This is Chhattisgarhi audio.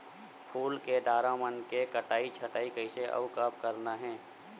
फूल के डारा मन के कटई छटई कइसे अउ कब करना हे?